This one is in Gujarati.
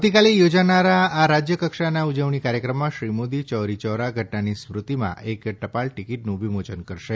આવતીકાલે થોજાનારા રાજયકક્ષાના ઉજવણી કાર્યક્રમમાં શ્રી મોદી ચૌરી ચૌરા ઘટનાની સ્મૃતિમાં એક ટપાલ ટીકીટનું વિમોચન કરશે